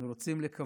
אנחנו רוצים לקוות